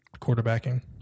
quarterbacking